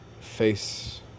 face